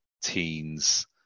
teens